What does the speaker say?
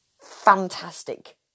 fantastic